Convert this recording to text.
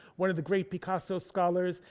one of the great picasso scholars.